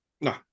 No